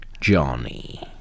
Johnny